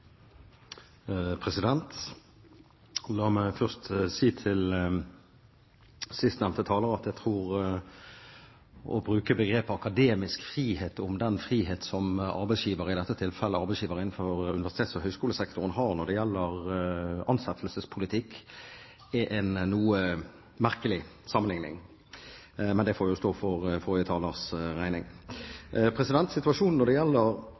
at jeg tror at det å bruke begrepet «akademisk frihet» om den frihet som arbeidsgiver – i dette tilfellet arbeidsgiver innenfor universitets- og høyskolesektoren – har når det gjelder ansettelsespolitikk, er en noe merkelig sammenlikning. Men det får stå for forrige talers regning. Situasjonen når det gjelder